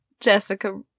Jessica